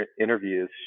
interviews